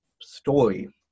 story